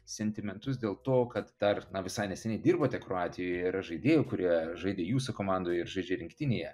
sentimentus dėl to kad dar na visai neseniai dirbote kroatijoje ir yra žaidėjų kurie žaidė jūsų komandoj ir žaidžia rinktinėje